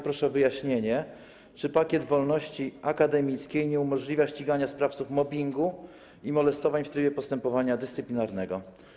Proszę o wyjaśnienie, czy pakiet wolności akademickiej nie umożliwia ścigania sprawców mobbingu i molestowań w trybie postępowania dyscyplinarnego.